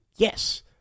Yes